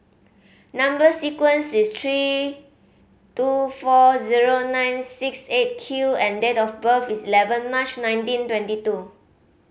number sequence is three two four zero nine six Eight Q and date of birth is eleven March nineteen twenty two